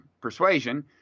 persuasion